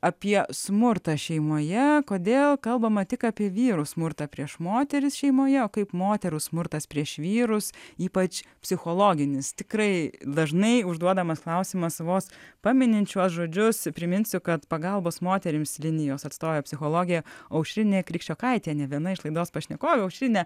apie smurtą šeimoje kodėl kalbama tik apie vyrų smurtą prieš moteris šeimojeo kaip moterų smurtas prieš vyrus ypač psichologinis tikrai dažnai užduodamas klausimas vos paminint šiuos žodžius priminsiu kad pagalbos moterims linijos atstovė psichologė aušrinė krikščionaitienė viena iš laidos pašnekovių aušrine